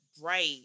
bright